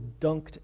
dunked